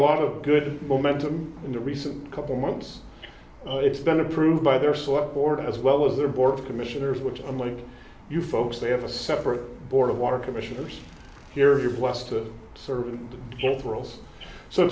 lot of good momentum in the recent couple months it's been approved by their celeb board as well as their board of commissioners which unlike you folks they have a separate board of water commissioners here plus to serve and